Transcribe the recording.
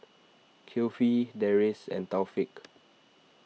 Kifli Deris and Taufik